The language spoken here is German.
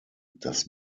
dass